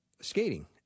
skating